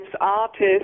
artists